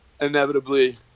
inevitably